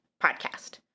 podcast